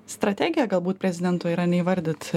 strategija galbūt prezidento yra neįvardyt